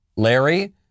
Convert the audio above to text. Larry